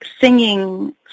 singing